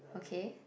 okay